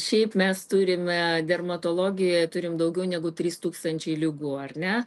šiaip mes turime dermatologijoje turim daugiau negu trys tūkstančiai ligų ar ne